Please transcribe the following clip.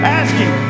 asking